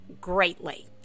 greatly